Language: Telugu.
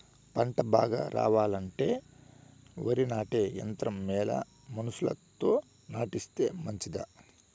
పంట బాగా రావాలంటే వరి నాటే యంత్రం మేలా మనుషులతో నాటిస్తే మంచిదా?